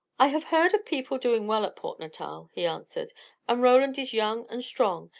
i have heard of people doing well at port natal, he answered and roland is young and strong,